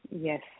Yes